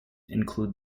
include